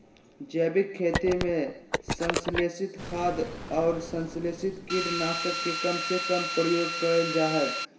जैविक खेती में संश्लेषित खाद, अउर संस्लेषित कीट नाशक के कम से कम प्रयोग करल जा हई